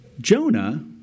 Jonah